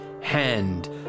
hand